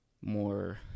more